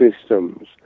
systems